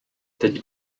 teď